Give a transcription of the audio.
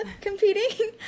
competing